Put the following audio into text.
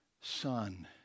son